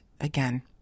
again